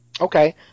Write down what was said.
Okay